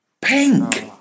Pink